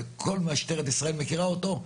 וכל משטרת ישראל מכירה אותו,